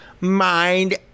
mind